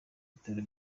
bitaro